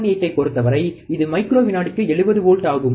LM318 ஐப் பொறுத்தவரை இது மைக்ரோ விநாடிக்கு 70 வோல்ட் ஆகும்